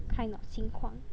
kind of 情况